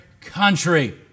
country